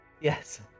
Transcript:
Yes